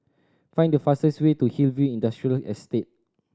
find the fastest way to Hillview Industrial Estate